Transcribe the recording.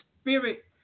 Spirit